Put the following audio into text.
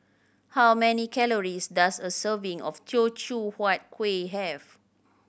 how many calories does a serving of Teochew Huat Kueh have